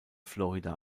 florida